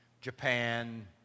Japan